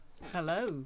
Hello